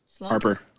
Harper